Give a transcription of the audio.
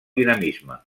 dinamisme